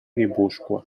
guipúscoa